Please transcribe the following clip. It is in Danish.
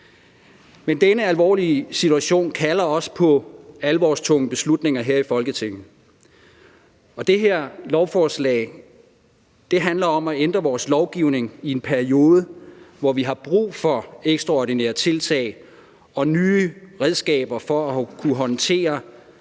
Men denne alvorlige situation kalder også på alvorstunge beslutninger her i Folketinget. Og det her lovforslag handler om at ændre vores lovgivning i en periode, hvor vi har brug for ekstraordinære tiltag og nye redskaber for at kunne håndtere